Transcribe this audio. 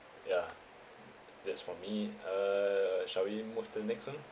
ya that's for me uh shall we move to the next one